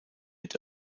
mit